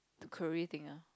the career thing ah